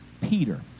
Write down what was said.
Peter